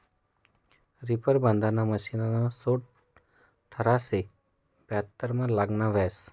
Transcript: reaper बांधाना मशिनना शोध अठराशे बहात्तरमा लागना व्हता